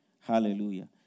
Hallelujah